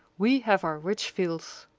we have our rich fields.